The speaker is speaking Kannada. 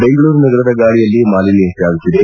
ಬೆಂಗಳೂರು ನಗರದ ಗಾಳಿಯಲ್ಲಿ ಮಾಲಿನ್ನ ಹೆಚ್ಚಾಗುತ್ತಿದೆ